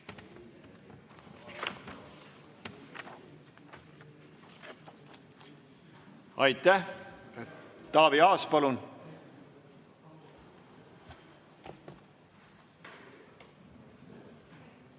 Aitäh! Taavi Aas, palun! Aitäh!